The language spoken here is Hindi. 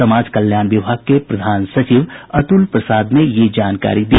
समाज कल्याण विभाग के प्रधान सचिव अतुल प्रसाद ने यह जानकारी दी